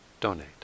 donate